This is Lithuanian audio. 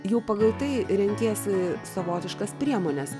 jau pagal tai renkiesi savotiškas priemones